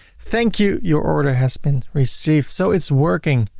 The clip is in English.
thank you, your order has been received. so it's working.